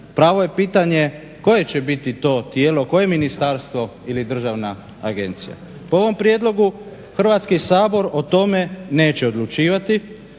Pravo je pitanje koje će biti to tijelo, koje ministarstvo ili državna agencija. Po ovom prijedlogu Hrvatski sabor o tome neće odlučivati